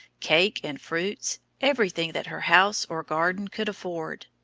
cake and fruits, everything that her house or garden could afford.